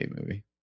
movie